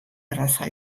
erraza